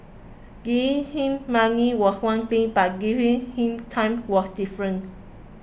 giving him money was one thing but giving him time was different